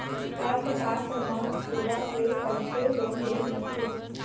अर्थशास्त्र मा सेवा के कइसे लेनदेन होथे?